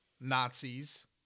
Nazis